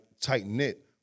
tight-knit